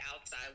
outside